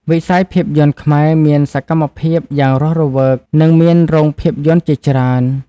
វិស័យភាពយន្តខ្មែរមានសកម្មភាពយ៉ាងរស់រវើក និងមានរោងភាពយន្តជាច្រើន។